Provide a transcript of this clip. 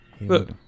Look